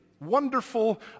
Wonderful